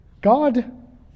God